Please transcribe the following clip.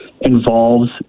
involves